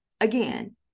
again